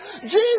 Jesus